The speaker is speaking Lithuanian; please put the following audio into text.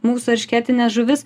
mūsų eršketines žuvis